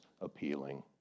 appealing